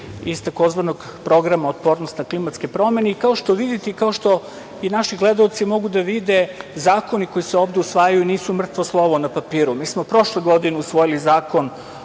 iz takozvanog programa „otpornost na klimatske promene“.Kao što vidite, kao što naši gledaoci mogu da čuju, zakoni koji se ovde usvajaju nisu mrtvo slovo na papiru. Mi smo prošle godine usvojili Zakon